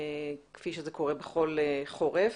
כפי שזה קורה בכל חורף,